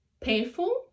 painful